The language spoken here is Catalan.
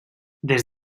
des